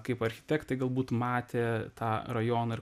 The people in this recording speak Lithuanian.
kaip architektai galbūt matė tą rajoną ir